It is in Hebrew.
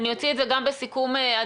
אני אוציא את זה גם בסיכום הדיון.